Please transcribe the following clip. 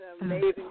amazing